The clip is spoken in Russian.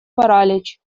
паралич